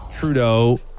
Trudeau